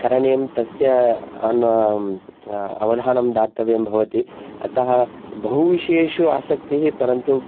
करणीयं तस्य अवधानं दातव्यं भवति अतः बहुविषयेषु आसक्तिः परन्तु